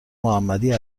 محمدی